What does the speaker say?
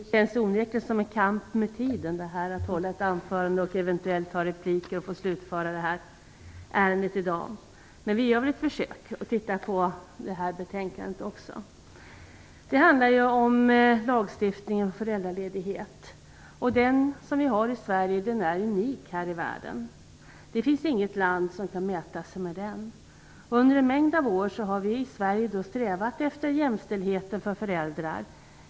Fru talman! Det känns onekligen som en kamp med tiden att hålla ett anförande och eventuellt bemöta repliker för att få slutföra det här ärendet i dag. Men vi gör väl ett försök att titta på det här betänkandet också. Det handlar om lagstiftning om föräldraledighet. Den lagstiftning vi har i Sverige är unik här i världen. Det finns inget land som kan mäta sig med oss i det avseendet. Under en mängd av år har vi i Sverige strävat efter jämställdhet för föräldrar.